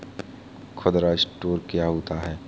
खुदरा स्टोर क्या होता है?